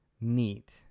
neat